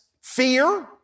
fear